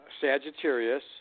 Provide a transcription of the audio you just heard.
Sagittarius